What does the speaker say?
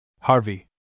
Harvey